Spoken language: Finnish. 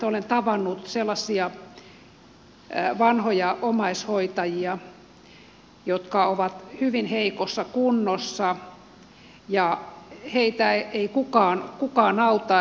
olen tavannut sellaisia vanhoja omaishoitajia jotka ovat hyvin heikossa kunnossa ja heitä ei kukaan auta